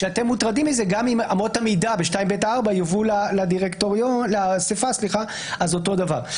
שאתם מוטרדים מזה גם אם אמות המידה ב-2ב(4) יובאו לאספה אז זה אותו דבר.